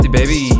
baby